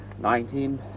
nineteen